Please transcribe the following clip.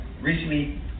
recently